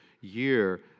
year